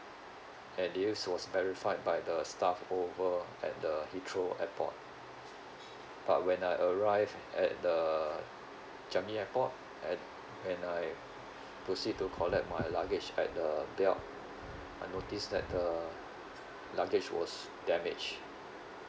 and this was verified by the staff over at the heathrow airport but when I arrived at the changi airport and when I proceed to collect my luggage at the belt I noticed that the luggage was damaged